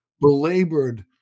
belabored